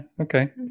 Okay